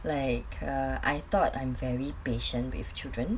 like err I thought I'm very patient with children